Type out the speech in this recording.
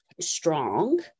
strong